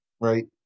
right